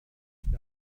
wir